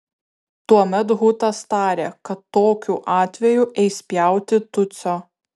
tuomet hutas tarė kad tokiu atveju eis pjauti tutsio